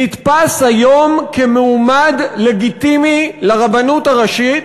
נתפס היום כמועמד לגיטימי לרבנות הראשית,